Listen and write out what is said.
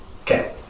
Okay